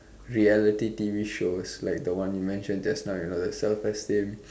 reality T_V shows like the one you mention just now you know that self esteem